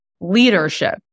leadership